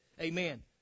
Amen